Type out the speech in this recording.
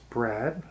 Brad